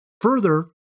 further